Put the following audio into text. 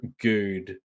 good